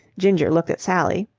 ginger looked at sally.